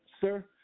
sir